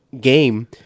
game